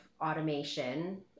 automation